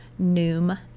Noom